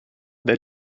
their